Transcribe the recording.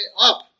up